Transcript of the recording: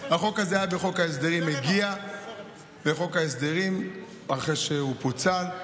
החוק הזה היה בחוק ההסדרים והגיע לחוק ההסדרים אחרי שהוא פוצל,